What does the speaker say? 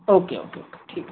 ওকে okay okay ঠিক আছে